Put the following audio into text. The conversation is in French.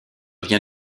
vient